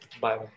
bye